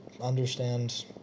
understand